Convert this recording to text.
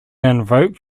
invoked